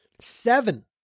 seven